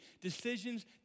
Decisions